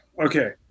Okay